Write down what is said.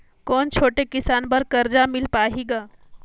कौन छोटे किसान बर कर्जा मिल पाही ग?